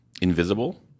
invisible